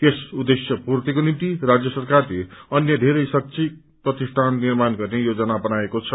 यस उद्देश्यको पूर्तिको निम्ति राज्य सरकारले अन्य धेरै शैक्षिम प्रतिष्ठान निर्माण गर्ने योजना बनाएको छ